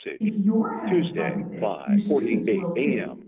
if you're having fun with it, your students will too!